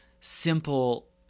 simple